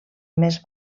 més